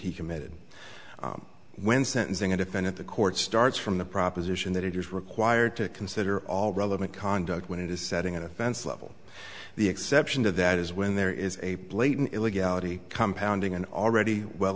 he committed when sentencing a defendant the court starts from the proposition that it is required to consider all relevant conduct when it is setting an offense level the exception to that is when there is a blatant illegality compounding an already well